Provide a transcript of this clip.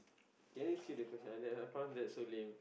can we skip the question I just I found that so lame